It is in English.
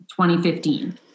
2015